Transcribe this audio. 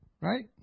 right